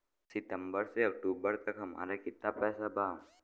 सितंबर से अक्टूबर तक हमार कितना पैसा बा?